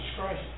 Christ